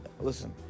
Listen